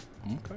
okay